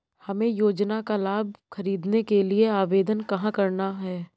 हमें योजना का लाभ ख़रीदने के लिए आवेदन कहाँ करना है?